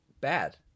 Bad